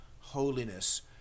holiness